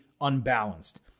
unbalanced